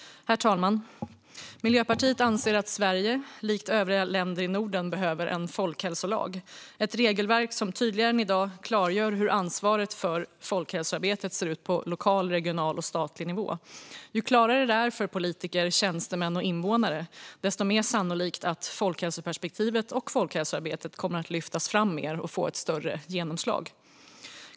Herr talman! Miljöpartiet anser att Sverige, likt övriga länder i Norden, behöver en folkhälsolag, ett regelverk som tydligare än i dag klargör hur ansvaret för folkhälsoarbetet ser ut på lokal, regional och statlig nivå. Ju klarare detta är för politiker, tjänstemän och invånare, desto mer sannolikt är det att folkhälsoperspektivet och folkhälsoarbetet kommer att lyftas fram mer och få ett större genomslag.